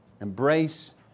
Embrace